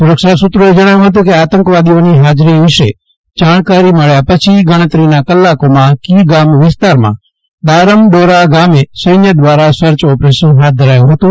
સુરક્ષા સૂત્રોએ જજ્ઞાવ્યું હતું કે આતંકવાદીઓની હાજરી વિશે જાણકારી મળ્યા પછી ગણતરીના કલાકોમાં કીગામ વિસ્તારમાં દારમડોરા ગામે સૈન્ય દ્વારા સર્ચ ઓપરેશન હાથ ધરાયું હતું